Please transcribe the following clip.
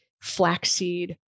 flaxseed